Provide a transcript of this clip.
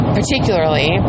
particularly